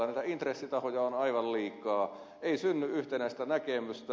näitä intressitahoja on aivan liikaa ei synny yhtenäistä näkemystä